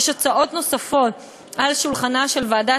יש הצעות נוספות על שולחנה של ועדת